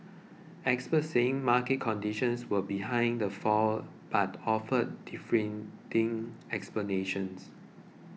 experts saying market conditions were behind the fall but offered differing explanations